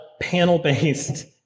panel-based